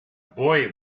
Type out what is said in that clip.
boy